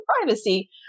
privacy